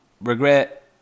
regret